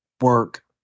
work